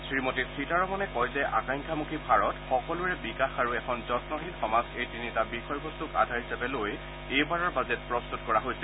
শ্ৰীমতী সীতাৰমণে কয় যে আক্যাংক্ষামুখী ভাৰত সকলোৰে বিকাশ আৰু এখন যন্নশীল সমাজ এই তিনিটা বিষয়বস্তুক আধাৰ হিচাপে লৈ এইবাৰৰ বাজেট প্ৰস্তুত কৰা হৈছে